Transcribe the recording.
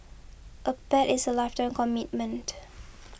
a pet is a lifetime commitment